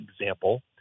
example